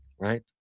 Right